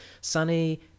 sunny